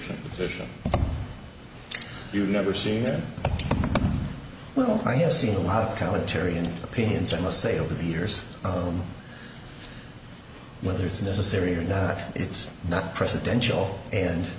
sure you've never seen them well i have seen a lot of commentary and opinions i must say over the years on whether it's necessary or not it's not presidential and